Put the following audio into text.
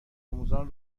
آموزان